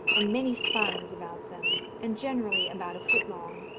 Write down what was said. and many spines about them, and generally about a foot long,